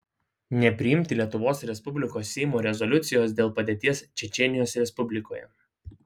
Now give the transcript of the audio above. nepriimti lietuvos respublikos seimo rezoliucijos dėl padėties čečėnijos respublikoje